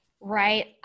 right